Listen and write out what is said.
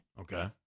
Okay